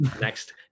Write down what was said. Next